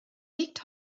liegt